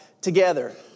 together